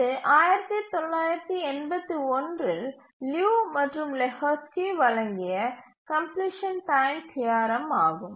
இது 1989 இல் லியு மற்றும் லெஹோஸ்கி வழங்கிய கம்ப்லிசன் டைம் தியரம் ஆகும்